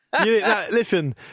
Listen